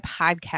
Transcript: podcast